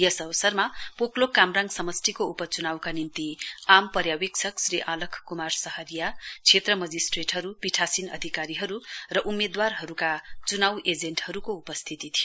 यस अवसरमा पोकलोक कामराङ समष्टिको उप च्नाउका निम्ति आज पर्यावेक्षक श्री आलक कुमार सहारिया क्षेत्र मजिस्ट्रेट्हरू पीठासीन अधिकारीहरू र उम्मेद्वारहरूका चुनाउ एजेण्टहरूको उपस्थिती थियो